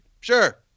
Sure